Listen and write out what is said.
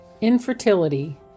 Infertility